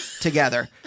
together